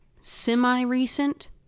semi-recent